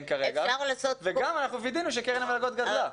כרגע וגם אנחנו וידאנו שקרן המלגות גדלה.